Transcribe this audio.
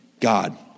God